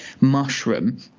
mushroom